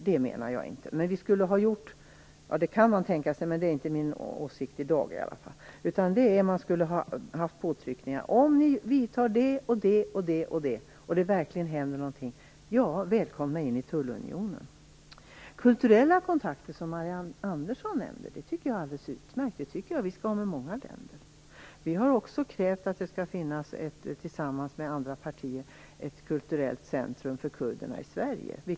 Det är visserligen tänkbart, men det är inte min åsikt i dag i alla fall. Vi skulle ha utövat påtryckningar genom att ställa krav. Om det sedan verkligen hade hänt något, hade de varit välkomna in i tullunionen. Att ha kulturella kontakter, som Marianne Andersson nämnde, är alldeles utmärkt. Det tycker jag att vi skall ha med många länder. Vi har tillsammans med andra partier också krävt att det skall finnas ett kulturellt centrum för kurderna i Sverige.